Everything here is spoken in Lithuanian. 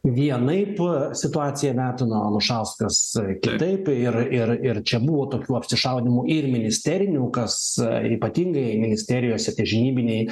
vienaip situaciją vertino anušauskas kitaip ir ir ir čia buvo tokių apsišaudymų ir ministerinių kas ypatingai ministerijose žinybiniai